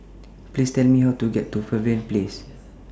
Please Tell Me How to get to Pavilion Place